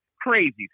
crazy